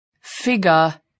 figure